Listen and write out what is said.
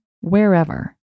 wherever